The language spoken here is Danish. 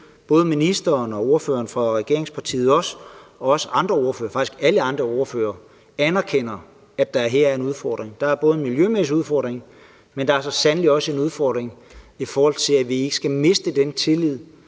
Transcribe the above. både ministeren og ordføreren for regeringspartiet og også andre ordførere – faktisk alle andre ordførere – anerkender, at der her er en udfordring. Der er en miljømæssig udfordring, men der er så sandelig også en udfordring, i forhold til at vi ikke skal miste den tillid,